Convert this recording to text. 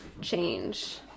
change